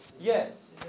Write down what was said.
Yes